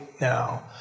now